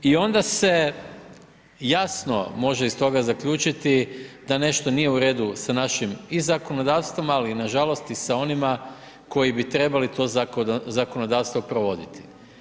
I onda se jasno može iz toga zaključiti da nešto nije u radu sa našim i zakonodavstvom, ali i nažalost i sa onima koji bi trebali to zakonodavstvo provoditi.